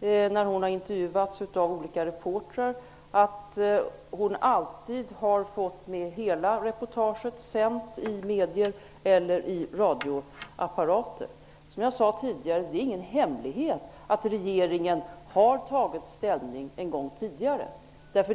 när hon har intervjuats av olika reportrar och att hela intervjun alltid har varit med i medierna eller i radion. Som jag sade tidigare är det ingen hemlighet att regeringen har tagit ställning en gång tidigare.